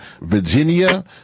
Virginia